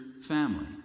family